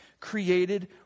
created